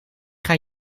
gaan